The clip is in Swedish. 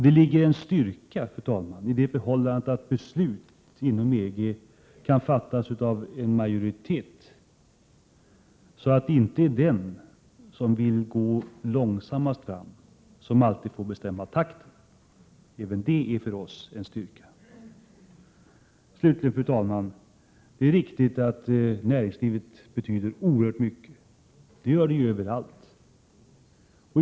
Det ligger en styrka, fru talman, i det förhållandet att beslut inom EG kan fattas av en majoritet, så att det inte är den som vill gå långsammast fram som alltid får bestämma takten. Även det är för oss en styrka. Slutligen, fru talman, är det riktigt att näringslivet betyder oerhört mycket, och det gör det överallt.